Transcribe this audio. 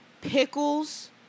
pickles